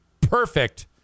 perfect